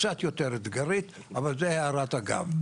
קצת יותר אתגרית אבל זו הערת אגב.